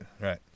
right